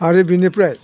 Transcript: आरो बेनिफ्राय